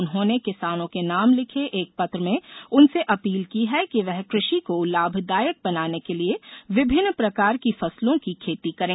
उन्होंने किसानों के नाम लिखे एक पत्र में उनसे अपील की है कि वे कृषि को लाभदायक बनाने के लिए विभिन्न प्रकार की फसलों की खेती करें